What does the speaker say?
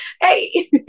Hey